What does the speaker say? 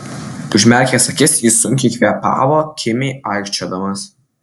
užmerkęs akis jis sunkiai kvėpavo kimiai aikčiodamas